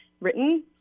written